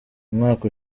umwaka